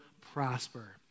prosper